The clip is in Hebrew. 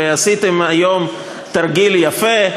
ועשיתם היום תרגיל יפה.